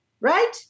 right